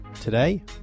today